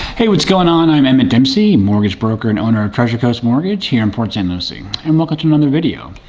hey, what's going on? i'm emmett dempsey, mortgage broker and owner of treasure coast mortgage here in port saint lucie. and welcome to another video.